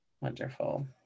wonderful